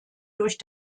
durch